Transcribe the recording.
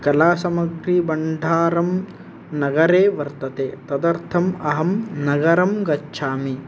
कलासमग्रीभण्डारं नगरे वर्तते तदर्थम् अहं नगरं गच्छामि